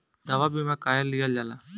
दवा बीमा काहे लियल जाला?